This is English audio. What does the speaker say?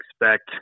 expect